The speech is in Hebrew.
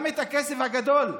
גם את הכסף הגדול,